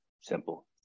Simple